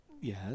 Yes